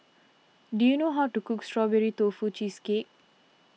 do you know how to cook Strawberry Tofu Cheesecake